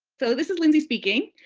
so this is lindsay speaking.